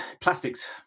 plastics